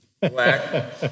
black